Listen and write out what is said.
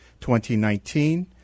2019